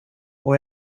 och